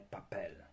Papel